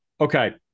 Okay